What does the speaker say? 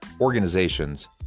organizations